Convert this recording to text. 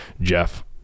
Jeff